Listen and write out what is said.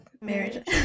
marriage